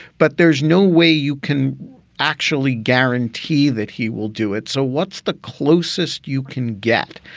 but there's no way you can actually guarantee that he will do it. so what's the closest you can get?